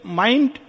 mind